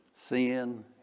sin